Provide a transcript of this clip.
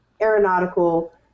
aeronautical